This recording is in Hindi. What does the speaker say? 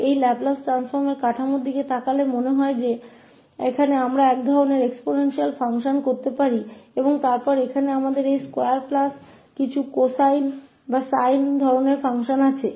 तो इस लाप्लास परिवर्तन की संरचना को देखते हुए ऐसा लगता है कि यहां हमारे पास कुछ प्रकार के exponential फंक्शन हो सकते हैं और फिर यहां हमारे पास यह वर्ग प्लस कुछ कोसाइन या साइन प्रकार के फंक्शन हैं